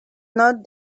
not